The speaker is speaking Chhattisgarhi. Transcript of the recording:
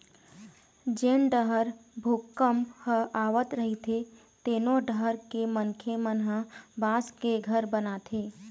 जेन डहर भूपंक ह आवत रहिथे तेनो डहर के मनखे मन ह बांस के घर बनाथे